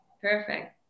Perfect